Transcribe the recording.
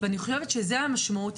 אני חושבת שזו המשמעות.